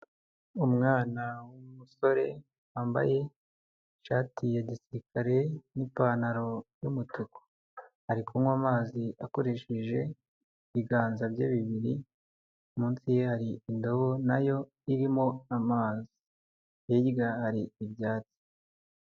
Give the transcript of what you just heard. Umwana w'umusore wambaye ishati ya gisirikare n'ipantaro y'umutuku ari kunywa amazi akoresheje ibiganza bye bibiri munsi ye hari indobo nayo irimo amazi hirya hari ibyatsi.